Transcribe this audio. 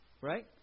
Right